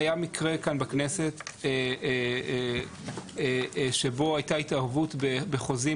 היה מקרה כאן בכנסת שבו הייתה התערבות בחוזים